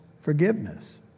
forgiveness